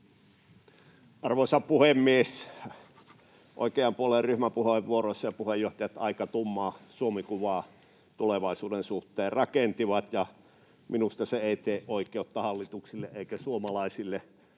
Arvoisa puhemies! Oikean puolen ryhmäpuheenvuoroissa puheenjohtajat aika tummaa Suomi-kuvaa tulevaisuuden suhteen rakensivat, ja minusta se ei tee oikeutta hallitukselle eikä suomalaisille,